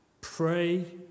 Pray